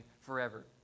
forever